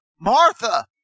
Martha